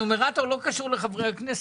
הנומרטור לא קשור לחברי הכנסת,